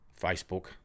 Facebook